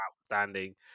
outstanding